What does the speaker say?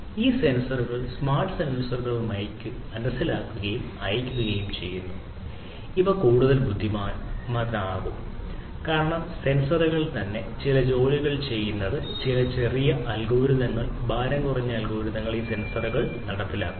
ഈ സെൻസറുകൾ സ്മാർട്ട് സെൻസറുകൾ മനസ്സിലാക്കുകയും അയയ്ക്കുകയും ചെയ്യും എന്നാൽ ഇവ ബുദ്ധിമാനാക്കും കാരണം സെൻസറുകളിൽ തന്നെ ചില ജോലികൾ ചെയ്യുന്നതിന് ചില ചെറിയ അൽഗോരിതങ്ങൾ ഭാരം കുറഞ്ഞ അൽഗോരിതങ്ങൾ ഈ സെൻസറുകളിൽ നടപ്പിലാക്കും